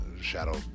shadow